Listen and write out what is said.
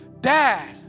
Dad